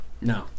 No